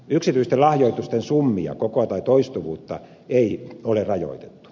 yksityisten lahjoitusten summia kokoa tai toistuvuutta ei ole rajoitettu